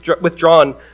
withdrawn